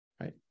right